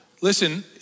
Listen